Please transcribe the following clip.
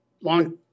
long